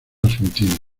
argentina